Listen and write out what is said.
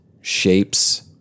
shapes